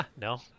No